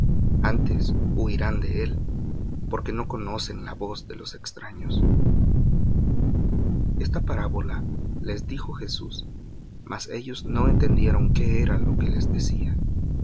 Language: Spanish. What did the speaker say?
antes huirán de él porque no conocen la voz de los extraños esta parábola les dijo jesús mas ellos no entendieron qué era lo que les decía